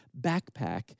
backpack